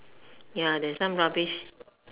ya there's some rubbish